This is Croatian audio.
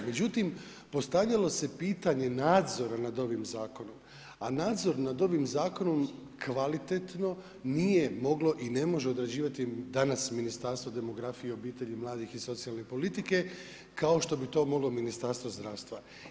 Međutim, postavljalo se pitanje nadzora nad ovim zakonom a nadzor nad ovim zakonom kvalitetno nije moglo i ne može odrađivati danas Ministarstvo demografije, obitelji, mladih i socijalne politike kao što bi to moglo Ministarstvo zdravstva.